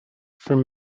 from